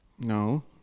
No